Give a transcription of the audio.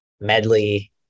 medley